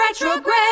retrograde